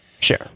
Sure